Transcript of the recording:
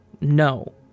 No